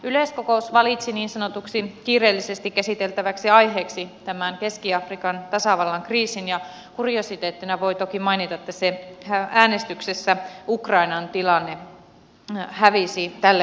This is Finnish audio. yleiskokous valitsi niin sanotuksi kiireellisesti käsiteltäväksi aiheeksi tämän keski afrikan tasavallan kriisin ja kuriositeettina voi toki mainita että äänestyksessä ukrainan tilanne hävisi tälle aiheelle